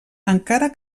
encara